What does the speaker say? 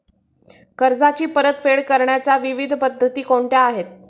कर्जाची परतफेड करण्याच्या विविध पद्धती कोणत्या आहेत?